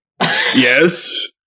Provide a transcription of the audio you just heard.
Yes